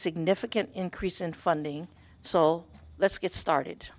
significant increase in funding so let's get started